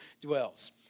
dwells